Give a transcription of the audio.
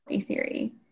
theory